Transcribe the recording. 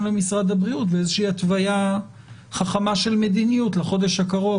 למשרד הבריאות באיזושהי התווייה חכמה של מדיניות לחודש הקרוב,